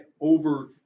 over